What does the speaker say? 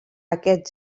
aquest